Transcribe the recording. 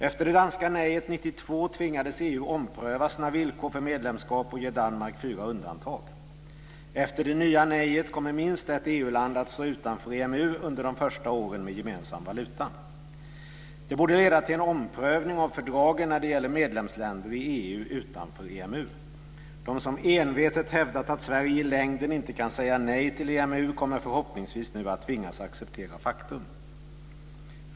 Efter det danska nejet 1992 tvingades EU ompröva sina villkor för medlemskap och ge Danmark fyra undantag. Efter det nya nejet kommer minst ett EU land att stå utanför EMU under de första åren med gemensam valuta. Det borde leda till en omprövning av fördragen när det gäller medlemsländer i EU utanför EMU. De som envetet hävdat att Sverige i längden inte kan säga nej till EMU kommer förhoppningsvis nu att tvingas att acceptera faktum.